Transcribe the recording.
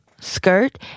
skirt